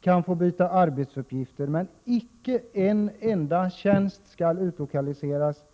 kan förses med andra arbetsuppgifter. Men icke en enda tjänst skall utlokaliseras.